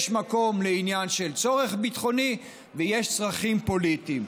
יש מקום לעניין של צורך ביטחוני ויש צרכים פוליטיים.